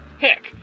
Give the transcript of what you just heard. Heck